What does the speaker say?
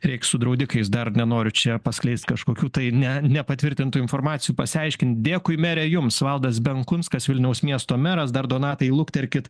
reik su draudikais dar nenoriu čia paskleist kažkokių tai ne nepatvirtintų informacijų pasiaiškint dėkui mere jums valdas benkunskas vilniaus miesto meras dar donatai lukterkit